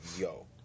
yo